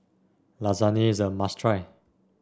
Lasagne is a must try